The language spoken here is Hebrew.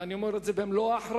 ואני אומר את זה במלוא האחריות,